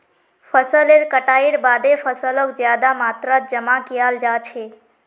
फसलेर कटाईर बादे फैसलक ज्यादा मात्रात जमा कियाल जा छे